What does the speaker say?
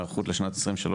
הערכות לשנת 2023,